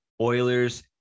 Oilers